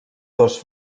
dos